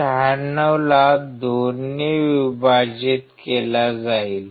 96 ला 2 ने विभाजित केला जाईल